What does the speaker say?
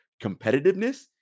competitiveness